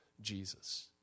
Jesus